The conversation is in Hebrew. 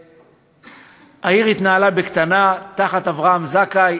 העיר התנהלה בקטנה, תחת אברהם זכאי,